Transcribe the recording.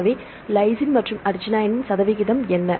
எனவே லைசின் மற்றும் அர்ஜினைனின் சதவீதம் என்ன